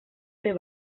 fer